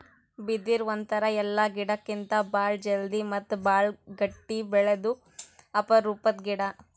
ಬಿದಿರ್ ಒಂಥರಾ ಎಲ್ಲಾ ಗಿಡಕ್ಕಿತ್ತಾ ಭಾಳ್ ಜಲ್ದಿ ಮತ್ತ್ ಭಾಳ್ ಗಟ್ಟಿ ಬೆಳ್ಯಾದು ಅಪರೂಪದ್ ಗಿಡಾ